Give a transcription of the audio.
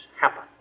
happen